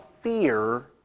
fear